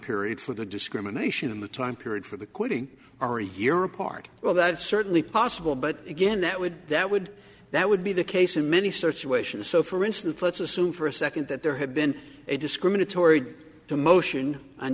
period for the discrimination in the time period for the quoting are a year apart well that's certainly possible but again that would that would that would be the case in many search to asians so for instance let's assume for a second that there had been a discriminatory to motion